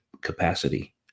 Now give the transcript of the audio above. capacity